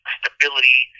stability